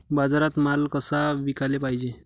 बाजारात माल कसा विकाले पायजे?